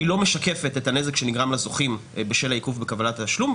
היא לא משקפת את הנזק שנגרם לזוכים בשל העיכוב בקבלת התשלום.